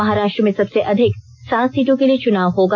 महाराष्ट्र में सबसे अधिक सात सीटों के लिए चुनाव होगा